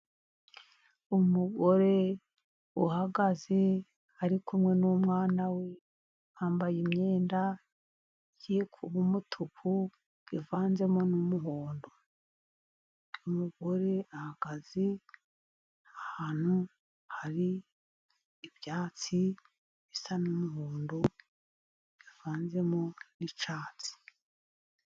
Umugore uhagaze ari kumwe n'umwana we. Bambaye imyenda igiye kuba umutuku uvanzemo n'umuhondo. Umugore ahagaze ahantu hari ibyatsi bisa n'umuhondo bivanzemo icyatsi.